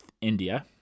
India